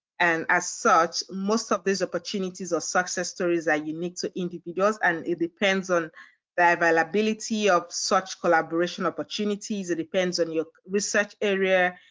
and as such, most of these opportunities or success stories are unique to individuals and it depends on the availability of such collaboration opportunities. it depends on your research area.